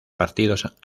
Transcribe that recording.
partidos